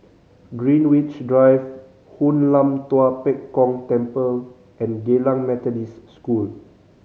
Greenwich Drive Hoon Lam Tua Pek Kong Temple and Geylang Methodist School